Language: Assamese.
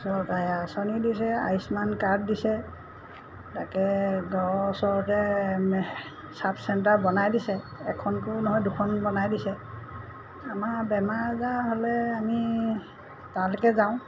চৰকাৰে আঁচনি দিছে আয়ুষ্মান কাৰ্ড দিছে তাকে ঘৰৰ ওচৰতে চাব চেণ্টাৰ বনাই দিছে এখনকৈও নহয় দুখন বনাই দিছে আমাৰ বেমাৰ আজাৰ হ'লে আমি তালৈকে যাওঁ